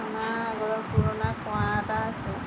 আমাৰ আগৰ পুৰণা কুঁৱা এটা আছে